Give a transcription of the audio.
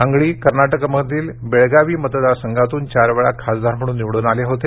अंगडी कर्नाटकमधील बेळगावी मतदार संघातून चार वेळा खासदार म्हणून निवडून आले होते